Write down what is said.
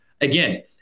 Again